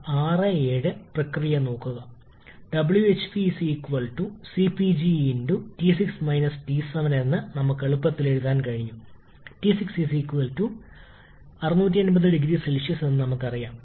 ഒന്നാമതായി നമ്മൾ isentropic compression അനുമാനിക്കാൻ പോകുന്നു രണ്ടാമതായി നമ്മൾ പ്രവർത്തന മാദ്ധ്യമമായി ഒരു അനുയോജ്യമായ വാതകം ഏറ്റെടുക്കാൻ പോകുന്നു